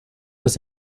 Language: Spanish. los